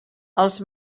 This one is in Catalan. els